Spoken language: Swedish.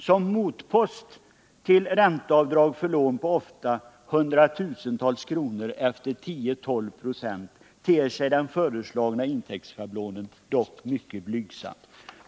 Som motpost till ränteavdrag för lån på ofta 100 000-tals kronor efter 10-12 96 ter sig den föreslagna intäktsschablonen dock mycket blygsam.